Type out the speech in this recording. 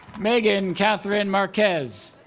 meaghan kathryn marquez